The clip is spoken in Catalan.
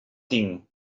tinc